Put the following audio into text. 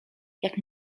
jak